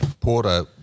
Porter